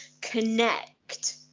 connect